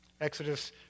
Exodus